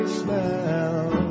smell